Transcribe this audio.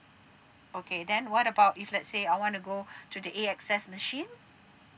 okay then what about if let's say I want to go to the A_X_S machine